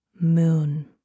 moon